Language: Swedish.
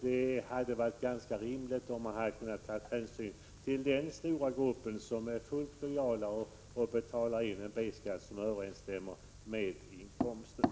Det hade varit rimligt att ta hänsyn till den stora grupp som är helt lojal och betalar in en B-skatt som överensstämmer med inkomsten.